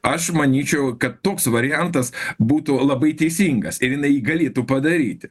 aš manyčiau kad toks variantas būtų labai teisingas ir jinai jį galėtų padaryti